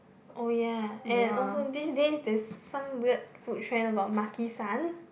oh ya and also these days there's some weird food trend about Maki-San